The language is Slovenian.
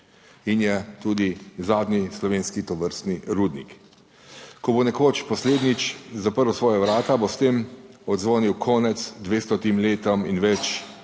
in je tudi zadnji slovenski tovrstni rudnik. Ko bo nekoč poslednjič zaprl svoja vrata, bo s tem odzvonil konec 200 letom in več